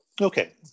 Okay